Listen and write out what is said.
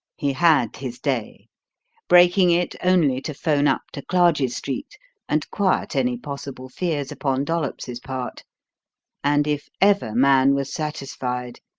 he had his day breaking it only to phone up to clarges street and quiet any possible fears upon dollops's part and if ever man was satisfied,